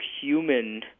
human